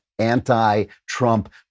anti-Trump